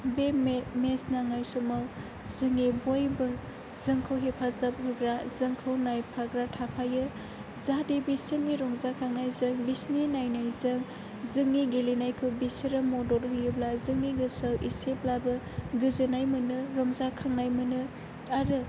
बे मेत्स नांनाय समाव जोंनि बयबो जोंखौ हेफाजाब होग्रा जोंखौ नायफाग्रा थाफायो जाहाथे बिसोरनि रंजाखांनायजों बिसोरनि नायनायजों जोंनि गेलेनायखौ बिसोरो मदद होयोब्ला जोंनि गोसोआव एसेब्लाबो गोजोननाय मोनो रंजाखांनाय मोनो आरो